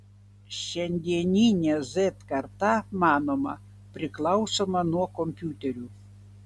šiandieninė z karta manoma priklausoma nuo kompiuterių